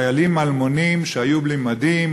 חיילים אלמונים שהיו בלי מדים,